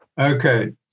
okay